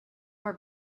were